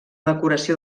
decoració